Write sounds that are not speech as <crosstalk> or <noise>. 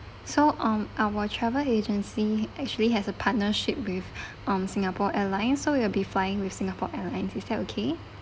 so um our travel agency actually has a partnership with <breath> um Singapore Airlines so you'll be flying with Singapore Airlines is that okay